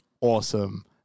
awesome